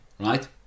Right